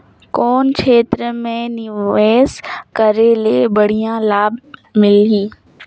कौन क्षेत्र मे निवेश करे ले बढ़िया लाभ मिलही?